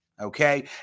okay